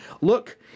look